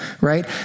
right